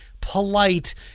polite